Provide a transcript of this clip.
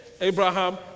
Abraham